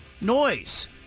noise